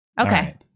Okay